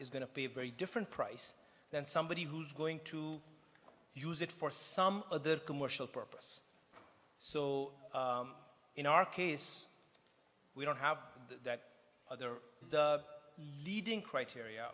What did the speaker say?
is going to be a very different price than somebody who's going to use it for some of the commercial purpose so in our case we don't have that are the leading criteria